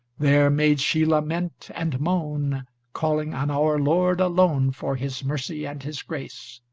there made she lament and moan calling on our lord alone for his mercy and his grace.